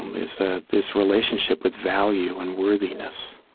um is ah this relationship with value and worthiness